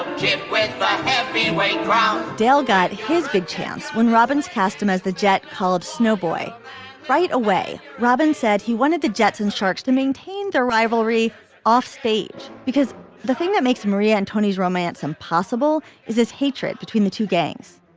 went way round dale got his big chance when robins cast him as the jet colored snow boy right away robin said he wanted the jets and sharks to maintain the rivalry offstage because the thing that makes maria and tony's romance impossible is his hatred between the two gangs.